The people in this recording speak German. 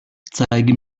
zeige